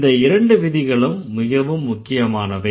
இந்த இரண்டு விதிகளும் மிகவும் முக்கியமானவை